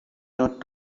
not